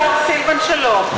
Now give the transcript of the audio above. וזה השר סילבן שלום,